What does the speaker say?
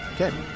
Okay